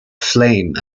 flame